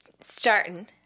starting